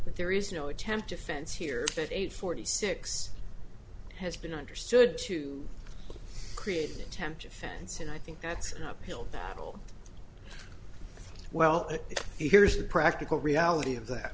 that there is no attempt defense here that eight forty six has been understood to create an attempt to fence and i think that's uphill battle well here is the practical reality of that